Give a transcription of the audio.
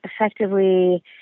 effectively